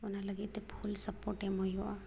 ᱚᱱᱟ ᱞᱟᱹᱜᱤᱫᱛᱮ full support ᱮᱢ ᱦᱩᱭᱩᱜᱼᱟ